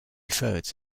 thirds